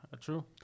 True